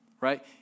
right